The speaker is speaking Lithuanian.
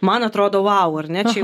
man atrodo vau ar ne čia